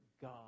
God